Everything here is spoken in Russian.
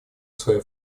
свои